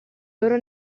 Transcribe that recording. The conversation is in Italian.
loro